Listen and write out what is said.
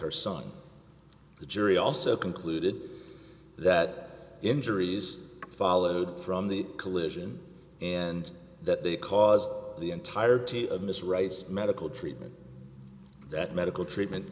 her son the jury also concluded that injuries followed from the collision and that they caused the entirety of miss wright's medical treatment that medical treatment